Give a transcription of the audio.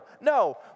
No